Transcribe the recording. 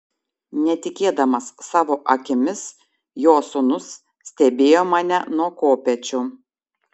netikėdamas savo akimis jo sūnus stebėjo mane nuo kopėčių